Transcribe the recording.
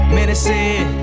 Medicine